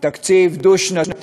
תקציב דו-שנתי